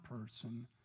person